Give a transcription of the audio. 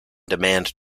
demand